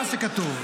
לא זה מה שכתוב.